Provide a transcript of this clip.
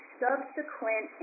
subsequent